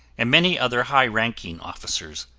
and many other high ranking officers.